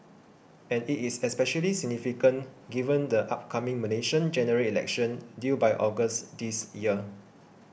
and it is especially significant given the upcoming Malaysian General Election due by August this year